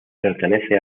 pertenece